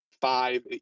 five